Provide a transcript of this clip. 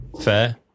fair